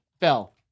fell